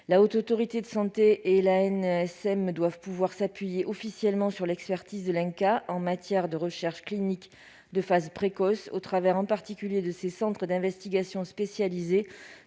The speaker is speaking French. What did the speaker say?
en cancérologie. La HAS et l'ANSM doivent pouvoir s'appuyer officiellement sur l'expertise de l'INCa en matière de recherche clinique de phase précoce, en particulier au travers de ses centres d'investigation spécialisés